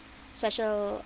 special